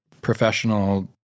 professional